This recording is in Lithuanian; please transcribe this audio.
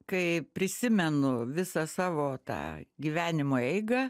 kai prisimenu visą savo tą gyvenimo eigą